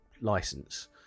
license